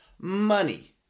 money